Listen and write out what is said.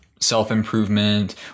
self-improvement